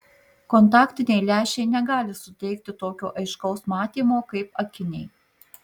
kontaktiniai lęšiai negali suteikti tokio aiškaus matymo kaip akiniai